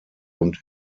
und